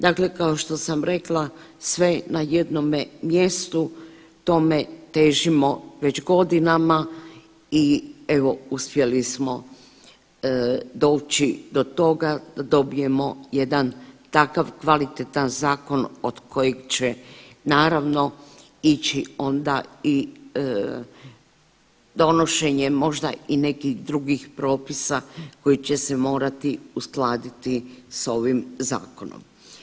Dakle, kao što sam rekla sve na jednome mjestu tome težimo već godinama i evo uspjeli smo doći do toga da dobijemo jedan takav kvalitetan zakon od kojeg će naravno ići onda i donošenje možda i nekih drugih propisa koji će se morati uskladiti sa ovim zakonom.